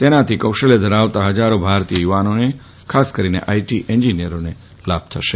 તેનાથી કૌશલ્ય ધરાવતા હજારો ભારતીય યુવાનોને ખાસ કરીને આઇટી એન્જીનિયરોને લાભ થશે